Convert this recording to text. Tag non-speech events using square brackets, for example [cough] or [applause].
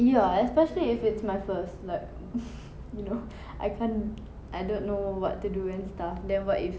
ya especially if it's my first like [laughs] you know I can't I don't know what to do and stuff then what if